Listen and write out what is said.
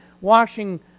washing